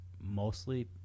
Mostly